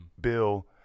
bill